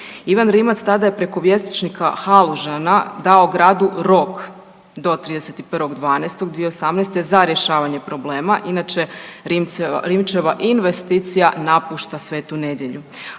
Ivan Rimac tada je preko .../Govornik se ne razumije./... Halužana dao gradu rok do 31.12.2018. za rješavanje problema, inače, Rimčeva investicija napušta Svetu Nedelju.